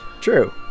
True